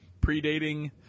predating